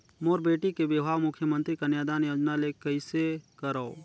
मोर बेटी के बिहाव मुख्यमंतरी कन्यादान योजना ले कइसे करव?